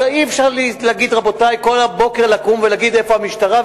אז אי-אפשר כל בוקר לקום ולהגיד: איפה המשטרה?